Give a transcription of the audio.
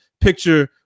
picture